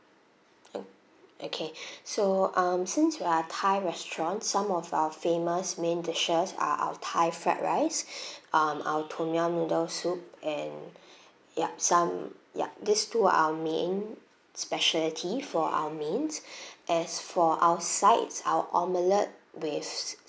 oh okay so um since we are thai restaurant some of our famous main dishes are our thai fried rice um our tom yum noodle soup and yup some yup these two are our main specialty for our mains as for our sides our omelette with